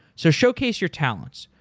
so, showcase your talents.